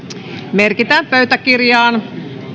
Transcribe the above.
merkitään läsnäolo pöytäkirjaan